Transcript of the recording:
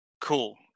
Cool